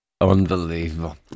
Unbelievable